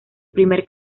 primer